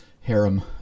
harem